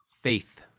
Faith